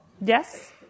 Yes